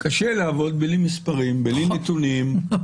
כשנכנס הכנסות, כשנכנס משהו לתיק.